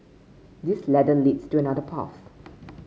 this ladder leads to another path